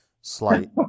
slight